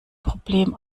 problem